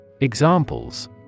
Examples